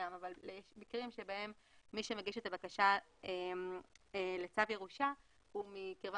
אבל יש מקרים בהם מי שמגיש את הבקשה לצו ירושה הוא מקרבה